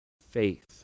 faith